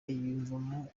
yiyumvamo